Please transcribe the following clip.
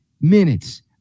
minutes